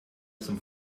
zum